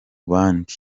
bandi